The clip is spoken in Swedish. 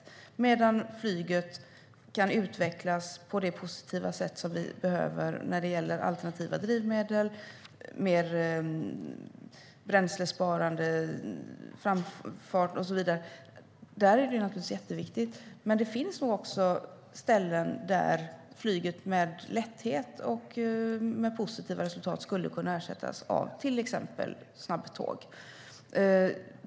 Samtidigt ska flyget utvecklas på det positiva sätt som är nödvändigt när det gäller alternativa drivmedel, mer bränslesparande framförande och så vidare. Det är naturligtvis jätteviktigt. Men det finns också tillfällen när flyget med lätthet och med positiva resultat skulle kunna ersättas av till exempel snabbtåg.